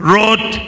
Wrote